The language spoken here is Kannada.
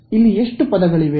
ಇಲ್ಲಿ ಎಷ್ಟು ಪದಗಳಿವೆ